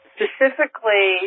Specifically